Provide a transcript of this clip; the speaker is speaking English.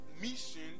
mission